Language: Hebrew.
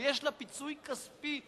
שיש לה פיצוי כספי מזערי?